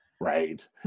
Right